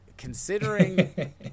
Considering